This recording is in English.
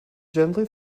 gently